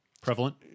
prevalent